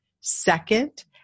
second